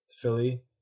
Philly